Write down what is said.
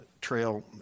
trail